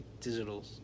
digital